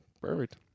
perfect